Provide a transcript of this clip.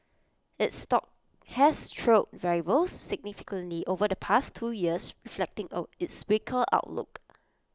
its stock has trailed rivals significantly over the past two years reflecting its weaker outlook